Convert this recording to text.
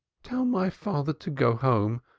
tell my father to go home,